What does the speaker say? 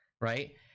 right